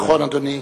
נכון, אדוני.